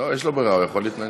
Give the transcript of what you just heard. יש לו ברירה, הוא יכול להתנגד.